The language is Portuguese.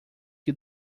que